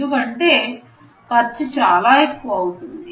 ఎందుకంటే ఖర్చు చాలా ఎక్కువ అవుతుంది